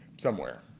somewhere.